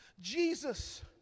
Jesus